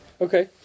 Okay